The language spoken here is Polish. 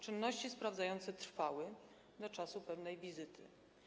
Czynności sprawdzające trwały do czasu pewnej wizyty.